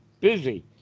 busy